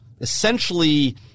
essentially